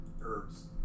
herbs